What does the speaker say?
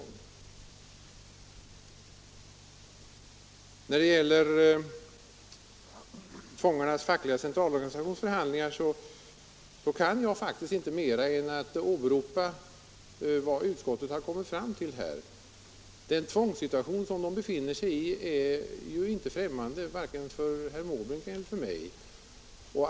När det gäller fångarnas centralorganisations förhandlingar kan jag faktiskt inte mer än åberopa vad utskottet kommit fram till. Den tvångssituation fångarna befinner sig i är inte främmande vare sig för herr Måbrink eller för mig.